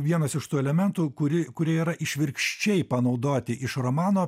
vienas iš tų elementų kuri kurie yra išvirkščiai panaudoti iš romano